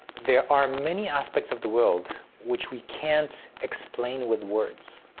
there are many aspects of the world which we can't explain with words.